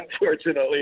Unfortunately